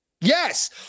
yes